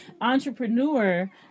entrepreneur